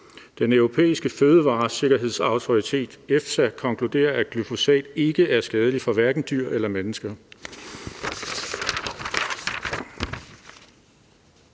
Den Europæiske Fødevaresikkerhedsautoritet, EFSA, konkluderer, at glyfosat hverken er skadeligt for dyr eller mennesker.